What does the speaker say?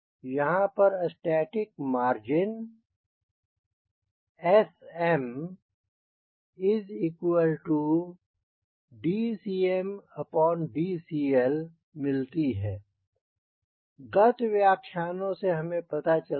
यहाँ पर static margin SM dCmdCL मिलती है गत व्याख्यानों से हमें यह पता है